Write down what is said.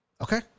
Okay